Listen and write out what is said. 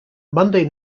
monday